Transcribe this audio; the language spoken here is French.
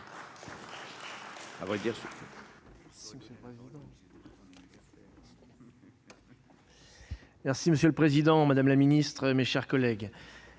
Monge. Monsieur le président, madame la ministre, mes chers collègues,